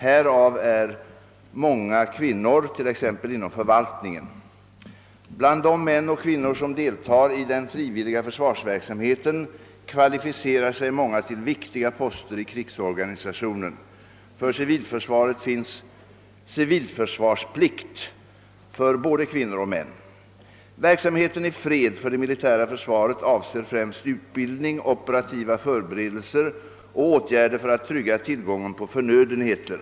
Härav är många kvinnor, t.ex. inom förvaltningen. Bland de män och kvinnor som deltar i den frivilliga försvarsverksamheten kvalificerar sig många till viktiga poster i krigsorganisationen. För civilförsvaret finns civilförsvarsplikt för både kvinnor och män. Verksamheten i fred för det militära försvaret avser främst utbildning, operativa förberedelser och åtgärder för att trygga tillgången på förnödenheter.